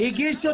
הגישו